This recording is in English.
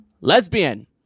lesbian